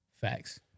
facts